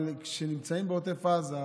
אבל כשנמצאים בעוטף עזה,